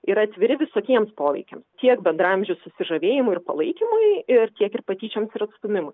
yra atviri visokiems poveikiams tiek bendraamžių susižavėjimui ir palaikymui ir tiek ir patyčioms ir atstūmimui